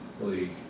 League